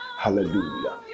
Hallelujah